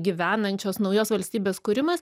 gyvenančios naujos valstybės kūrimas